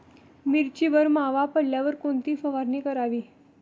मिरचीवर मावा पडल्यावर कोणती फवारणी करावी?